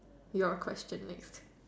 your question next